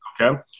Okay